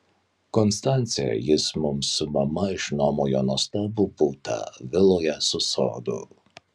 konstance jis mums su mama išnuomojo nuostabų butą viloje su sodu